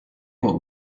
what